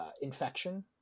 infection